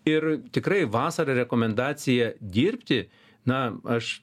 ir tikrai vasarą rekomendacija dirbti na aš